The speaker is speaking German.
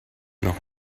noch